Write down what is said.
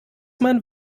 man